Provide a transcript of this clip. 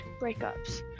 breakups